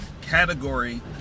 category